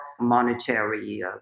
monetary